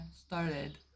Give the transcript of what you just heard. started